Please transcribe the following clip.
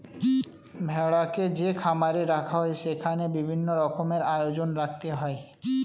ভেড়াকে যে খামারে রাখা হয় সেখানে বিভিন্ন রকমের আয়োজন রাখতে হয়